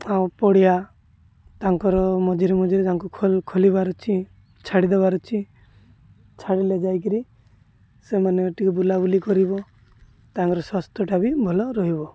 ଆଉ ପଡ଼ିଆ ତାଙ୍କର ମଝିରେ ମଝିରେ ତାଙ୍କୁ ଖୋଲିବାର ଅଛି ଛାଡ଼ି ଦେବାର ଅଛି ଛାଡ଼ିଲେ ଯାଇ କରି ସେମାନେ ଟିକେ ବୁଲା ବୁଲି କରିବ ତାଙ୍କର ସ୍ୱାସ୍ଥ୍ୟଟା ବି ଭଲ ରହିବ